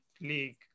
league